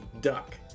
duck